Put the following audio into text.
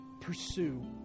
Pursue